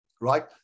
Right